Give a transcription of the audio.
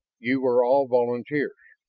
you were all volunteers!